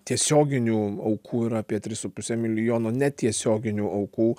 tiesioginių aukų yra apie tris su puse milijono netiesioginių aukų